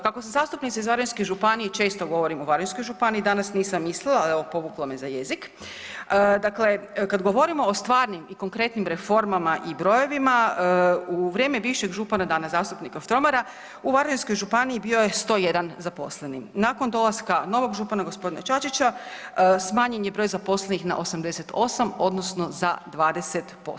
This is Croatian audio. Kako sam zastupnica iz Varaždinske županije često govorim o Varaždinskoj županiji, danas nisam mislila ali evo povuklo me za jezik, dakle kada govorimo o stvarnim i konkretnim reformama i brojevima u vrijeme bivšeg župana, danas zastupnika Štromara u Varaždinskoj županiji bio je 101 zaposleni, nakon dolaska novog župana gospodina Čačića smanjen je broj zaposlenih na 88 odnosno za 20%